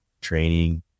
training